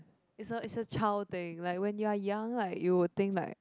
is a is a child thing like when you're young like you'll think like